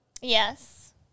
Yes